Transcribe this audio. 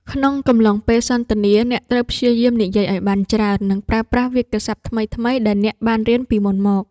ក្នុងកំឡុងពេលសន្ទនា អ្នកត្រូវព្យាយាមនិយាយឱ្យបានច្រើន និងប្រើប្រាស់វាក្យសព្ទថ្មីៗដែលអ្នកបានរៀនពីមុនមក។